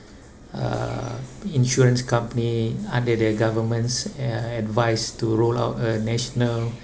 uh insurance company under the government's uh advice to roll out a national